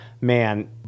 man